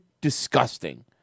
disgusting